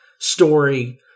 story